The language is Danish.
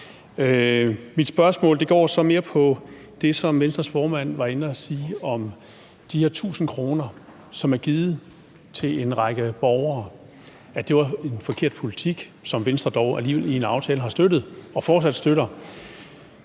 Mit spørgsmål går mere på det, som Venstres formand sagde om, at de 1.000 kr., som er givet til en række borgere, er en forkert politik, som Venstre dog alligevel har støttet i en aftale og fortsat støtter.